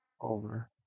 over